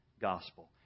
gospel